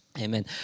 Amen